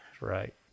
right